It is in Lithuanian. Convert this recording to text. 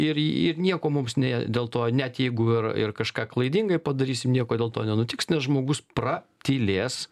ir ir nieko mums ne dėl to net jeigu ir ir kažką klaidingai padarysim nieko dėl to nenutiks nes žmogus pratylės